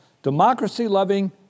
Democracy-loving